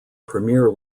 premier